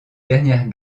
dernière